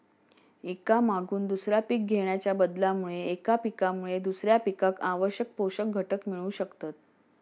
एका मागून दुसरा पीक घेणाच्या बदलामुळे एका पिकामुळे दुसऱ्या पिकाक आवश्यक पोषक घटक मिळू शकतत